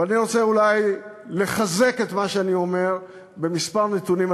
ואני רוצה אולי לחזק את מה שאני אומר בכמה נתונים,